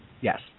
Yes